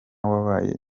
wabaye